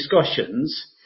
discussions